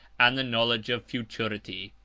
and the knowledge of futurity.